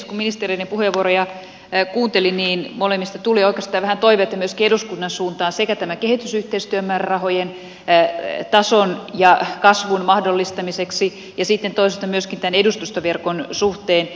kun ministereiden puheenvuoroja kuunteli niin molemmista tuli oikeastaan vähän toiveita myöskin eduskunnan suuntaan sekä tämän kehitysyhteistyömäärärahojen tason ja kasvun mahdollistamiseksi että sitten toisaalta myöskin tämän edustustoverkon suhteen